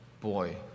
boy